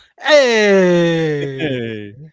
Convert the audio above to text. hey